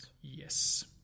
Yes